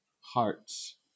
Hearts